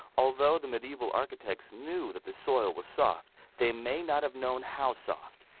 although the medieval architects knew that the soil was soft, they may not have known how soft.